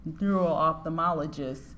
neuro-ophthalmologist